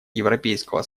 европейского